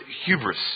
hubris